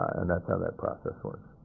and that's how that process works.